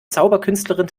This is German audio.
zauberkünstlerin